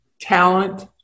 talent